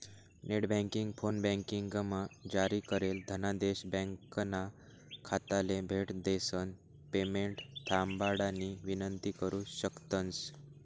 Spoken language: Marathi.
नेटबँकिंग, फोनबँकिंगमा जारी करेल धनादेश ब्यांकना खाताले भेट दिसन पेमेंट थांबाडानी विनंती करु शकतंस